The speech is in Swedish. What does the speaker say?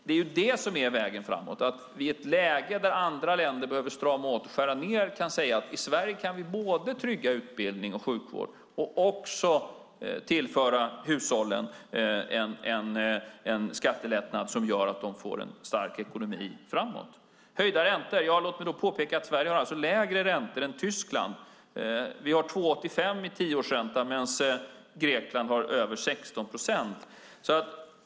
Det är det som är vägen framåt, att vi i ett läge där andra länder behöver strama åt och skära ned kan säga: I Sverige kan vi både trygga utbildning och sjukvård och tillföra hushållen en skattelättnad som gör att de får en stark ekonomi framåt. Höjda räntor - låt mig påpeka att Sverige har lägre räntor än Tyskland. Vi har 2,85 i tioårsränta medan Grekland har över 16 procent.